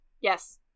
Yes